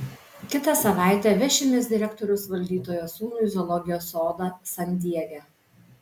kitą savaitę vešimės direktoriaus valdytojo sūnų į zoologijos sodą san diege